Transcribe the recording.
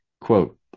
Quote